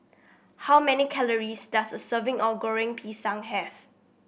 how many calories does a serving of Goreng Pisang have